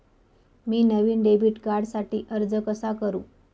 मी नवीन डेबिट कार्डसाठी अर्ज कसा करु?